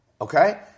Okay